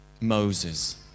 Moses